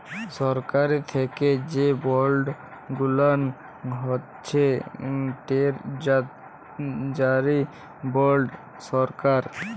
সরকারি থ্যাকে যে বল্ড গুলান হছে টেরজারি বল্ড সরকার